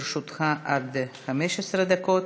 לרשותך עד 15 דקות.